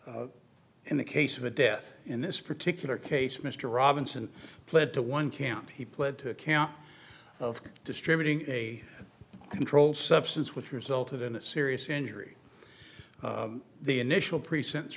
in the case of a death in this particular case mr robinson pled to one camp he pled to count of distributing a controlled substance which resulted in a serious injury the initial pre sent